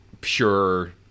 pure